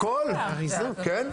הכול, כן.